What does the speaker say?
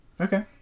okay